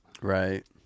right